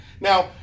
Now